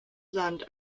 sand